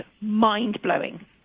mind-blowing